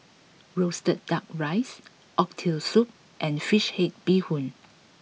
Roasted Duck Rice Oxtail Soup and Fish Head Bee Hoon